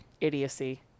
idiocy